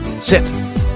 Sit